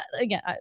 again